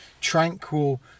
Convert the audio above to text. tranquil